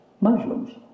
Muslims